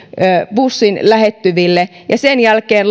bussin lähettyville ja sen jälkeen